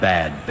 Bad